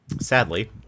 sadly